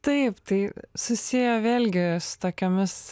taip tai susiję vėlgi su tokiomis